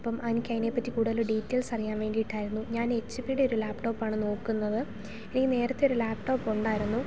അപ്പം എനിക്ക് അതിനെപ്പറ്റി കൂടുതൽ ഡീറ്റെയിൽസ് അറിയാൻ വേണ്ടിയിട്ടായിരുന്നു ഞാൻ എച്ച് പീടെ ഒരു ലാപ്ടോപ് ആണ് നോക്കുന്നത് എനിക്ക് നേരത്തെ ഒരു ലാപ്ടോപ്പ് ഉണ്ടായിരുന്നു